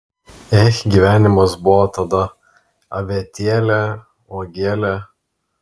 ech gyvenimas buvo tada avietėle uogele